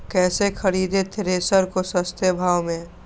कैसे खरीदे थ्रेसर को सस्ते भाव में?